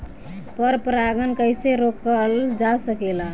पर परागन कइसे रोकल जा सकेला?